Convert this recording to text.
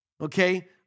okay